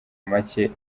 make